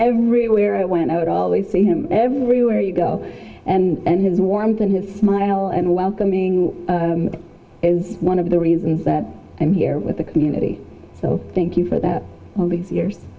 everywhere i went out i always see him everywhere you go and his warmth and his smile and welcoming is one of the reasons that i'm here with the community so thank you for that all these years